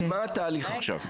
מה התהליך עכשיו?